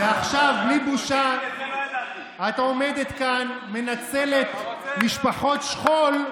ועכשיו בלי בושה את עומדת כאן, מנצלת משפחות שכול,